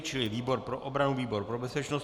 Čili výbor pro obranu, výbor pro bezpečnost.